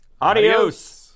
adios